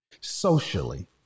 socially